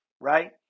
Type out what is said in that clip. right